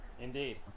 Indeed